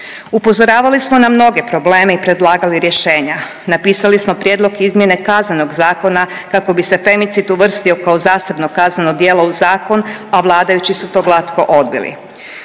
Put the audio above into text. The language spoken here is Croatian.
Upozoravali smo na mnoge probleme i predlagali rješenja, napisali smo prijedlog izmjene Kaznenog zakona kako bi se femicid uvrstio kao zasebno kazneno djelo u zakon, a vladajući su to glatko odbili.